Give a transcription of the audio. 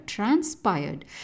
transpired